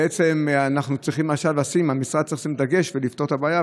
המשרד צריך לשים דגש ולפתור את הבעיה.